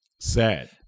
sad